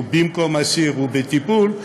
ובמקום אסיר הוא בטיפול,